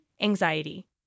anxiety